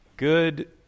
Good